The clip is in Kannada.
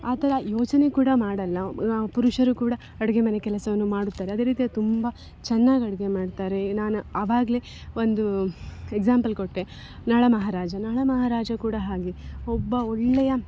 ಆ ಥರ ಯೋಚನೆ ಕೂಡ ಮಾಡಲ್ಲ ಪುರುಷರು ಕೂಡ ಅಡಿಗೆ ಮನೆ ಕೆಲಸವನ್ನು ಮಾಡುತ್ತಾರೆ ಅದೇ ರೀತಿಯಾಗಿ ತುಂಬ ಚೆನ್ನಾಗಿ ಅಡಿಗೆ ಮಾಡ್ತಾರೆ ನಾನು ಆವಾಗಲೇ ಒಂದು ಎಕ್ಸಾಂಪಲ್ ಕೊಟ್ಟೆ ನಳಮಹಾರಾಜ ನಳಮಹಾರಾಜ ಕೂಡ ಹಾಗೇ ಒಬ್ಬ ಒಳ್ಳೆಯ